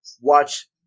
watch